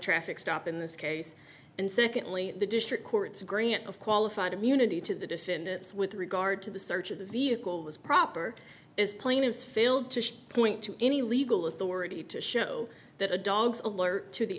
traffic stop in this case and secondly the district court's grant of qualified immunity to the defendants with regard to the search of the vehicle was proper is plaintiff's failed to point to any legal authority to show that a dog's alert to the